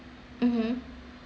mmhmm